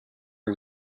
are